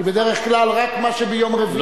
כי בדרך כלל רק מה שביום רביעי,